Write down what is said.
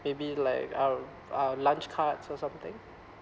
maybe like um uh lunch cards or something